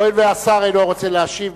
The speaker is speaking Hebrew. הואיל והשר אינו רוצה להשיב,